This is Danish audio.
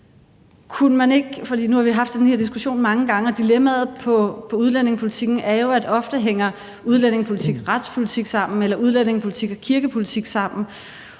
Nu har vi haft den her diskussion mange gange, og dilemmaet i udlændingepolitikken er jo, at udlændingepolitik og retspolitik, eller udlændingepolitik og kirkepolitik, ofte